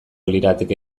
lirateke